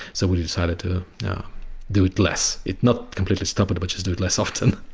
so we decided to do it less. it not completely stop it, but just do it less often.